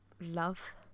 love